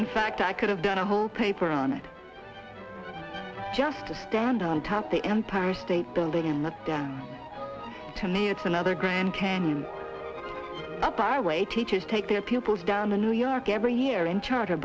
in fact i could have done a whole paper on it just to stand on top the empire state building i'm not down to me it's another grand canyon up our way teachers take their pupils down to new york every year in charter